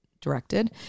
directed